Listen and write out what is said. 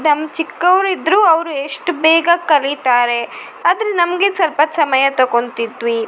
ನಮ್ಮ ಚಿಕ್ಕವರು ಇದ್ದರು ಅವರು ಎಷ್ಟು ಬೇಗ ಕಲಿತಾರೆ ಆದರೆ ನಮಗೆ ಸ್ವಲ್ಪ ಸಮಯ ತೊಕೊತಿದ್ವಿ